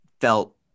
felt